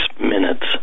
minutes